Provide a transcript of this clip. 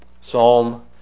Psalm